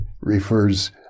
refers